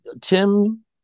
Tim